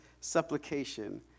supplication